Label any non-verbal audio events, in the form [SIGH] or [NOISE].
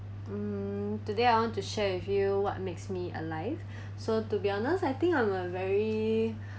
mm today I want to share with you what makes me alive [BREATH] so to be honest I think I'm a very